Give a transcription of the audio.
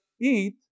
eat